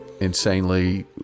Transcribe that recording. insanely